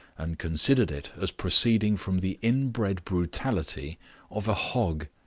and considered it as proceeding from the inbred brutality of a hog.